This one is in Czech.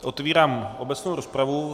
Otvírám obecnou rozpravu.